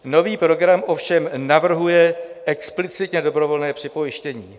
Nový program ovšem navrhuje explicitně dobrovolné připojištění.